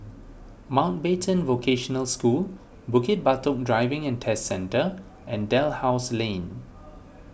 Mountbatten Vocational School Bukit Batok Driving and Test Centre and Dalhousie Lane